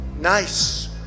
nice